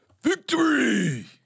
Victory